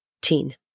teen